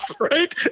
right